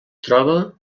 troba